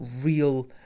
real